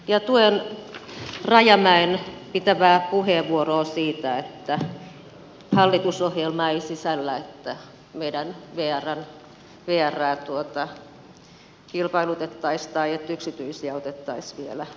tuen rajamäen pitämää puheenvuoroa siitä että hallitusohjelma ei sisällä että meidän vrää kilpailutettaisiin tai että yksityisiä otettaisiin vielä